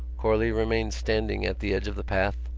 corley remained standing at the edge of the path,